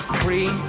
free